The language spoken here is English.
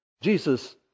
Jesus